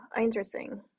interesting